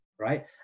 right